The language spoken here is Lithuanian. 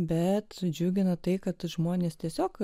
bet džiugina tai kad žmonės tiesiog